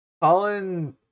Colin